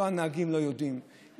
הנהגים לא יודעים,